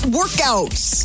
workouts